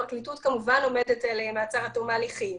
הפרקליטות כמובן עומדת על מעצר עד תום ההליכים.